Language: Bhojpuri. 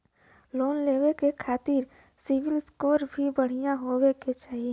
लोन लेवे के खातिन सिविल स्कोर भी बढ़िया होवें के चाही?